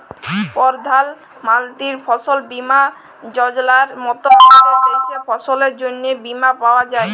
পরধাল মলতির ফসল বীমা যজলার মত আমাদের দ্যাশে ফসলের জ্যনহে বীমা পাউয়া যায়